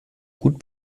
gut